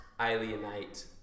alienate